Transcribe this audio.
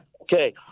Okay